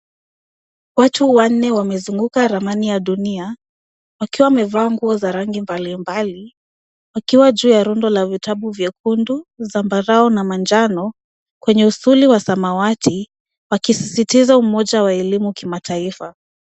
Watu wanne wamezunguka ramani ya dunia wakiwa wamevaa nguo za rangi mbalimbali wakiwa juu ya rundo la vitabu vyekundu, zambarau na manjano kwenye usuli wa samawati wakisisitiza umoja wa elimu kimataifa.